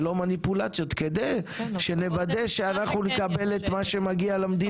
ללא מניפולציות כדי שנוודא שאנחנו נקבל את מה שמגיע למדינה.